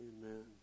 Amen